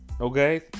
Okay